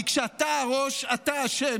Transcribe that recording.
כי כשאתה הראש אתה אשם.